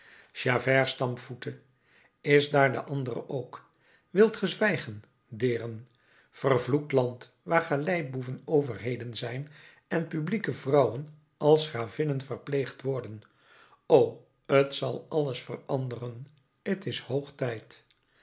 javert stampvoette is daar de andere ook wilt ge zwijgen deern vervloekt land waar galeiboeven overheden zijn en publieke vrouwen als gravinnen verpleegd worden o t zal alles veranderen t is hoog tijd